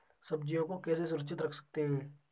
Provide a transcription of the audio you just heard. सब्जियों को कैसे सुरक्षित रख सकते हैं?